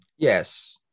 Yes